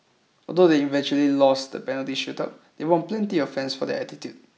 although they eventually lost the penalty shootout they won plenty of fans for their attitude